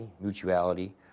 mutuality